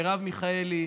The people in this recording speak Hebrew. מרב מיכאלי,